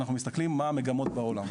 אנחנו מסתכלים מה המגמות בעולם.